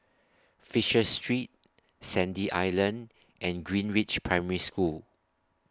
Fisher Street Sandy Island and Greenridge Primary School